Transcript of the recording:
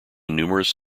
numerous